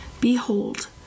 Behold